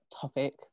topic